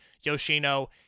yoshino